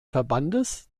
verbandes